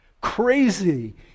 crazy